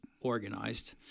organized